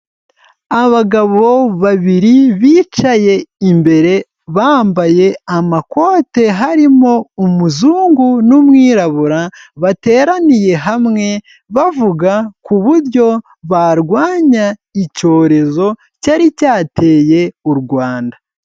Abagabo babiri bicaye imbere bambaye amakote harimo umuzungu n'umwirabura, bateraniye hamwe bavuga ku buryo barwanya icyorezo cyari cyateye u Rwanda.